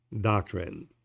doctrine